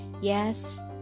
Yes